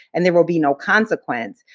and there will be no consequence,